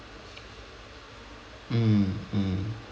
mm mm